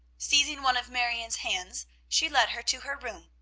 seizing one of marion's hands, she led her to her room,